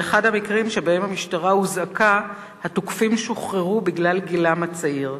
באחד המקרים שבהם המשטרה הוזעקה התוקפים שוחררו בגלל גילם הצעיר.